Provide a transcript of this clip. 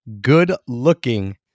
good-looking